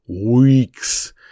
weeks